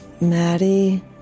Maddie